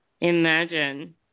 imagine